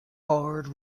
hard